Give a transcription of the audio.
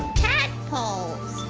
tadpoles.